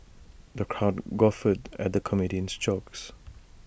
the crowd guffawed at the comedian's jokes